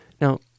Now